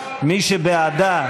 מי שבעדה,